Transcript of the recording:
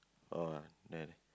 ah there there